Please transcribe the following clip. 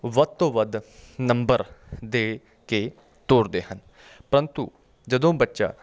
ਵੱਧ ਤੋਂ ਵੱਧ ਨੰਬਰ ਦੇ ਕੇ ਤੋਰਦੇ ਹਨ ਪਰੰਤੂ ਜਦੋਂ ਬੱਚਾ